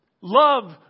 Love